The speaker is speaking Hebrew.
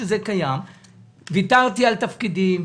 ויתרתי על תפקידים,